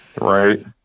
Right